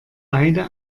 beide